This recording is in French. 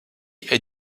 est